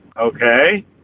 Okay